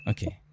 Okay